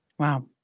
Wow